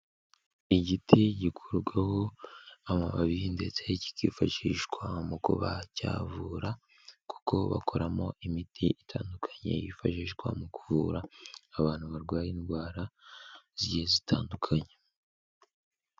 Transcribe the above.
Igiti gikurwaho amababi ndetse kikifashishwa mu kuba cyavura kuko bakoramo imiti itandukanye yifashishwa mu kuvura abantu barwaye indwara zitandukanye.